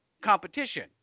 competition